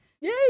Yay